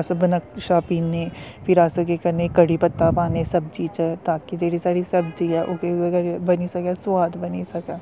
अस बनकशां पीने फिर अस केह् करने कढ़ी पत्ता पान्ने सब्जी च तां कि जेह्ड़ी साढ़ी सब्जी ऐ ओह् केह् होऐ बनी सकै सोआद बनी सकै